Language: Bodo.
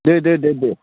दे दे दे